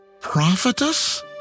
Prophetess